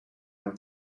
hem